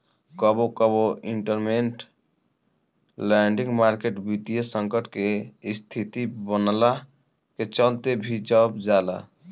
कबो कबो interment lending market वित्तीय संकट के स्थिति बनला के चलते भी बन जाला